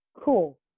cool